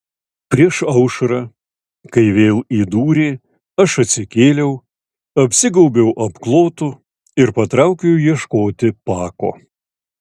prieš aušrą kai vėl įdūrė aš atsikėliau apsigaubiau apklotu ir patraukiau ieškoti pako